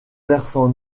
versant